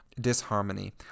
disharmony